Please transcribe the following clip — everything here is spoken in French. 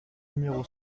numéro